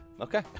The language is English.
Okay